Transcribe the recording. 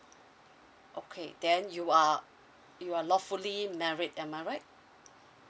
okay then you are you are lawfully married am I right